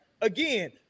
again